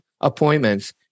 appointments